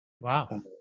Wow